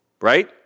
Right